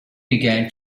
began